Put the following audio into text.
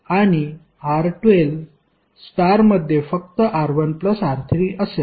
आणि R12 star मध्ये फक्त R1 R3 असेल